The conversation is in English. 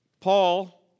Paul